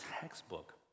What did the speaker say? textbook